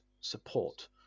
support